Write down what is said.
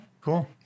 cool